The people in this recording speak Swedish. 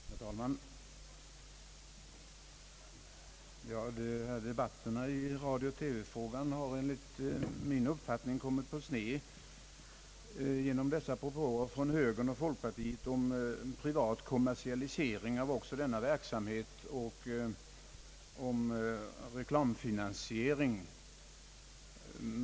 Herr talman! Debatterna i radiooch TV-frågan har enligt min uppfattning kommit på sned genom dessa propåer från högern och folkpartiet om privat kommersialisering av också denna verksamhet och om reklamfinansiering.